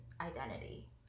identity